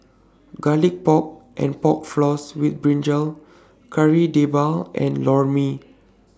Garlic Pork and Pork Floss with Brinjal Kari Debal and Lor Mee